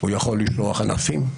הוא יכול לשלוח ענפים,